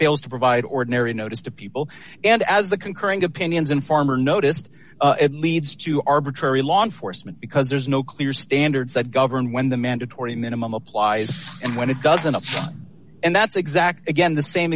fails to provide ordinary notice to people and as the concurring opinions and farmer noticed it leads to arbitrary law enforcement because there's no clear standards that govern when the mandatory minimum applies and when it doesn't apply and that's exactly the same